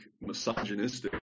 misogynistic